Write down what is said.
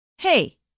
Hey